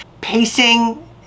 Pacing